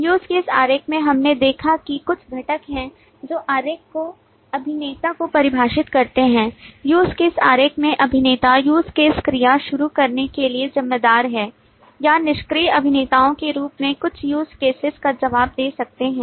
UseCase आरेख में हमने देखा है कि कुछ घटक हैं जो आरेख को अभिनेता को परिभाषित करते हैंUseCase आरेख में अभिनेता use case क्रिया शुरू करने के लिए जिम्मेदार हैं या निष्क्रिय अभिनेताओं के रूप में कुछ UseCases का जवाब दे सकते हैं